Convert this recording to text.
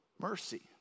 mercy